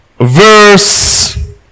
verse